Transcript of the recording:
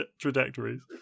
trajectories